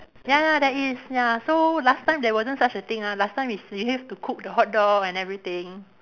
ya there is ya so last time there wasn't such a thing ah last time you see have to cook the hot dog and everything